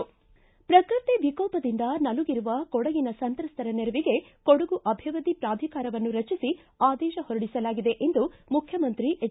ಪ್ರಕೃತಿ ವಿಕೋಪದಿಂದ ನಲುಗಿರುವ ಕೊಡಗಿನ ಸಂತ್ರಸ್ಥರ ನೆರವಿಗೆ ಕೊಡಗು ಅಭಿವೃದ್ಧಿ ಪಾಧಿಕಾರವನ್ನು ರಚಿಸಿ ಅದೇಶ ಹೊರಡಿಸಲಾಗಿದೆ ಎಂದು ಮುಖ್ಯಮಂತ್ರಿ ಎಚ್